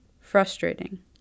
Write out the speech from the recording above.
frustrating